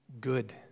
good